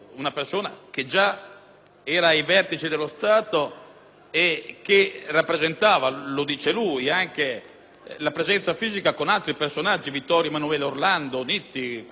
era ai vertici dello Stato e che rappresentava - lo dice lui stesso - la presenza fisica con altri personaggi: Vittorio Emanuele Orlando, Nitti. Andreotti scrive di